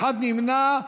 אחד נמנע.